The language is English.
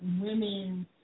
women